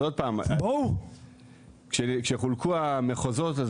אז עוד פעם, כשחולקו המחוזות.